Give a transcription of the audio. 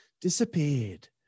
disappeared